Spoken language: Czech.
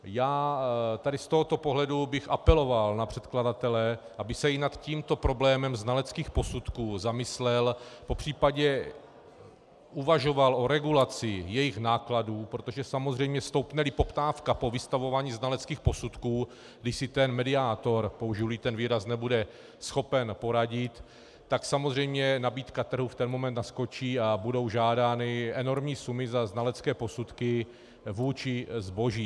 Z tohoto pohledu bych apeloval na předkladatele, aby se i nad tímto problémem znaleckých posudků zamyslel, popř. uvažoval o regulaci jejich nákladů, protože samozřejmě stoupneli poptávka po vystavování znaleckých posudků, když si ten mediátor, použijili ten výraz, nebude schopen poradit, tak samozřejmě nabídka trhu v ten moment naskočí a budou žádány enormní sumy za znalecké posudky vůči zboží.